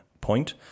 point